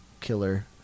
killer